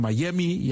Miami